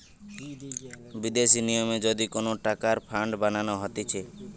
বিদেশি নিয়মে যদি কোন টাকার ফান্ড বানানো হতিছে